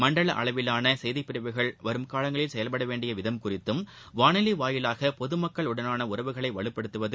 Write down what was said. மண்டல அளவிலான செய்திப் பிரிவுகள் வரும் காலங்களில் செயல்பட வேண்டிய விதம் குறித்தும் வானொலி மூலம் பொதுமக்களுடனான உறவுகளை வலுப்படுத்துவது